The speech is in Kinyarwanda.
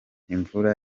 imvura